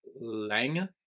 Lang